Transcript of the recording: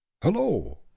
hello